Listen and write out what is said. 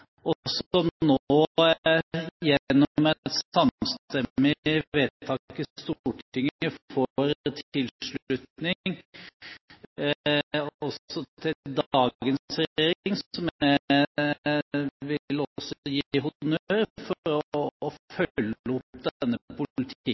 og som nå gjennom et samstemmig vedtak i Stortinget får tilslutning. Også dagens regjering vil jeg gi honnør for å følge opp denne politikken. Det å